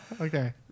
okay